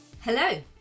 Hello